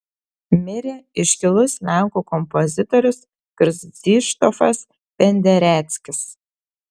mirė iškilus lenkų kompozitorius krzyštofas pendereckis